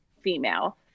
female